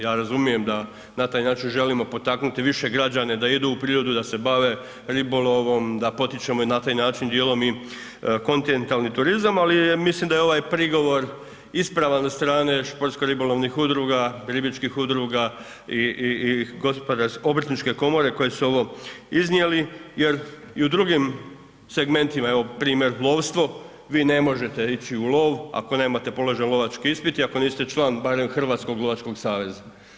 Ja razumijem da na taj način želimo potaknuti više građane da idu u prirodu, da se bave ribolovom, da potičemo na taj način dijelom i kontinentalni turizam, ali mislim da je ovaj prigovor ispravan od strane športsko ribolovnih udruga, ribičkih udruga i Obrtničke komore, koje su ovo iznijeli jer i u drugim segmentima je, evo primjer, lovstvo vi ne možete ići u lov, ako nemate položen lovački ispit i ako niste član barem Hrvatskog lovačkog saveza.